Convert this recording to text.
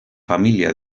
familia